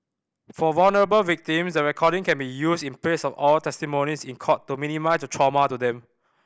for vulnerable victims the recording can be used in place of oral testimonies in court to minimise trauma to them